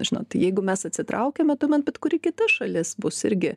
žinot jeigu mes atsitraukiame tuomet bet kuri kita šalis bus irgi